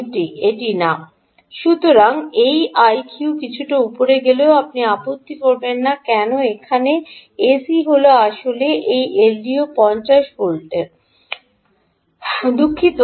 এটি এটি না সুতরাং এই আইকিউটি কিছুটা উপরে গেলেও আপনি আপত্তি করবেন না কেন এখানে এসি হল কারণ এই এলডিও 50 ভোল্টের দুঃখিত